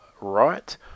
right